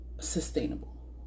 sustainable